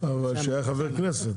שהיה חבר כנסת.